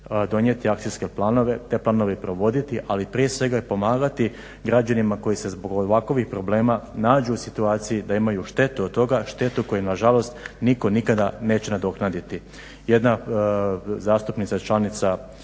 donijeti akcijske planove, te planove provoditi, ali prije svega i pomagati građanima koji se zbog ovakovih problema nađu u situaciji da imaju štetu od toga, štetu koju na žalost nitko nikada neće nadoknaditi. Jedna zastupnica članica